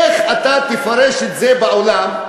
איך אתה תפרש את זה בעולם,